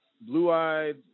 blue-eyed